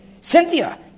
Cynthia